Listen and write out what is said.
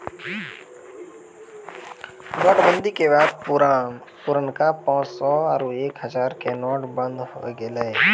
note बंदी के बाद पुरनका पांच सौ रो आरु एक हजारो के नोट बंद होय गेलै